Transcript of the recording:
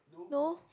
no